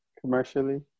commercially